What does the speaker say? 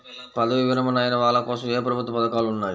పదవీ విరమణ అయిన వాళ్లకోసం ఏ ప్రభుత్వ పథకాలు ఉన్నాయి?